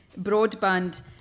broadband